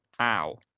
ow